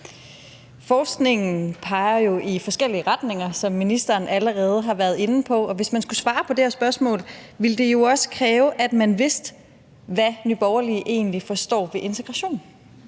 Forskningen peger jo i forskellige retninger, som ministeren allerede har været inde på, og hvis man skulle svare på det her spørgsmål, ville det jo også kræve, at man vidste, hvad Nye Borgerlige egentlig forstår ved integration.